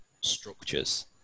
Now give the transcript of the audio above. structures